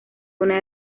una